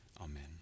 Amen